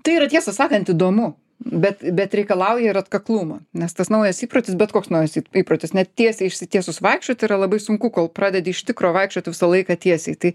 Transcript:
tai yra tiesą sakant įdomu bet bet reikalauja ir atkaklumo nes tas naujas įprotis bet koks naujas įprotis net tiesiai išsitiesus vaikščiot tai yra labai sunku kol pradedi iš tikro vaikščiot visą laiką tiesiai tai